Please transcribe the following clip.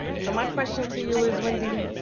so my question to you is, wendy,